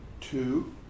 two